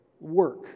work